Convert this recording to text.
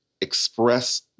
express